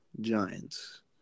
giants